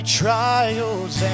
trials